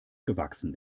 gewachsen